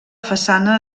façana